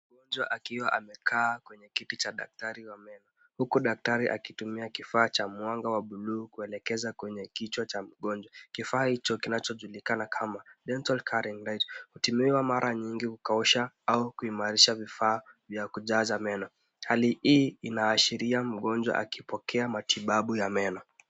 Mgonjwa akiwa amekaa kwenye kiti cha daktari wa meno huku daktari akitumia kifaa cha mwanga wa bluu kuelekeza kwenye kichwa cha mgonjwa. Kifaa hicho kinachojulikana kama dental curing light hutumiwa mara nyingi kukausha au kuimarisha vifaa vya kujaza meno. Hali hii inaashiria mgonjwa akipokea matibabu ya meno.